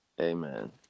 amen